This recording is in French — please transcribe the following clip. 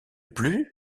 plus